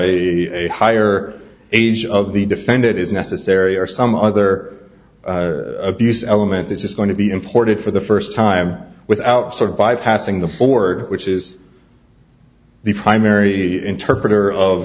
a higher age of the defendant is necessary or some other abuse element this is going to be important for the first time without sort of bypassing the board which is the primary interpreter of